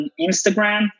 Instagram